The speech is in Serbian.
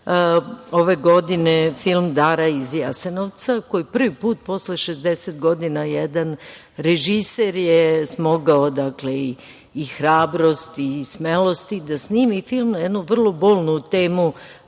ove godine film „Dara iz Jasenovca“, prvi put je posle 60 godina jedan režiser smoga i hrabrosti i smelosti da snimi film na jednu vrlo bolnu temu